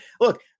Look